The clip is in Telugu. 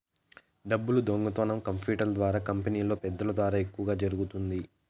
డబ్బులు దొంగతనం కంప్యూటర్ల ద్వారా కంపెనీలో పెద్దల ద్వారానే ఎక్కువ జరుగుతుంది